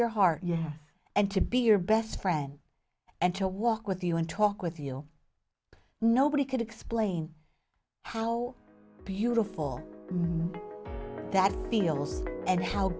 your heart and to be your best friend and to walk with you and talk with you nobody could explain how beautiful that feels and how